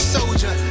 Soldier